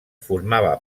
formava